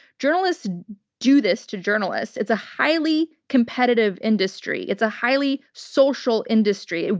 journalists do this to journalists. it's a highly competitive industry. it's a highly social industry.